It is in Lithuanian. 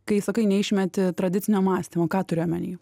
kai sakai neišmeti tradicinio mąstymo ką turi omeny